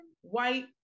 white